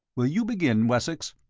will you begin, wessex?